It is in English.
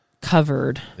covered